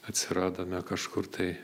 atsiradome kažkur tai